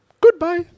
Goodbye